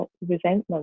resentment